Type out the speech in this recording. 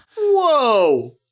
Whoa